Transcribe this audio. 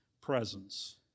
presence